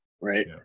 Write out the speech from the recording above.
right